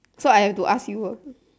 so I have to ask you ah